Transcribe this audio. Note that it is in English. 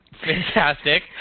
Fantastic